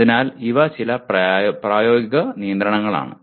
അതിനാൽ ഇവ ചില പ്രായോഗിക പരിമിതികളാണ്